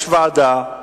יש ועדה,